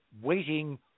waiting